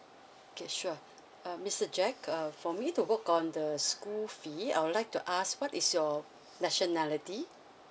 okay sure uh mister jack uh for me to look on the school fee I would like to ask what is your nationality